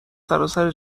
سراسر